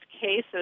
cases